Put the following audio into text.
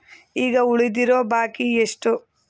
ಈಗ ಉಳಿದಿರೋ ಬಾಕಿ ಎಷ್ಟು?